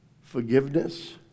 Forgiveness